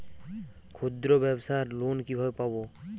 ক্ষুদ্রব্যাবসার লোন কিভাবে পাব?